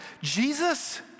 Jesus